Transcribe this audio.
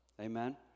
Amen